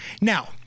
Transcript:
Now